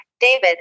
David